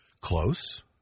Close